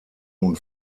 nun